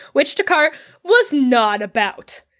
which descartes was not about.